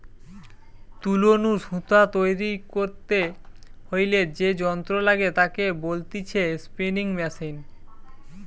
তুলো নু সুতো তৈরী করতে হইলে যে যন্ত্র লাগে তাকে বলতিছে স্পিনিং মেশিন